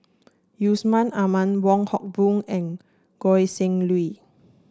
Yusman Aman Wong Hock Boon and Goi Seng Hui